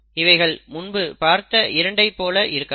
இவைகள் முன்பு பார்த்த இரண்டைப்போல இருக்காது